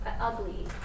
ugly